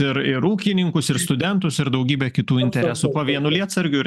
ir ir ūkininkus ir studentus ir daugybę kitų interesų vienu lietsargiu ir